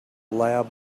lab